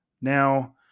Now